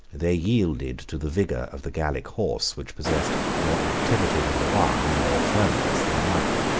they yielded to the vigor of the gallic horse, which possessed more activity than the one, more firmness than the other.